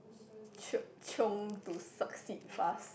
ch~ chiong to succeed fast